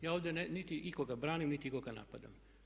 Ja ovdje niti ikoga branim, niti ikoga napadam.